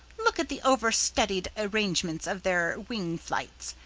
look at the over-studied arrangements of their wing flights,